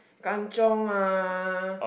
kanchiong ah